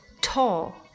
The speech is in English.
tall